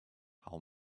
how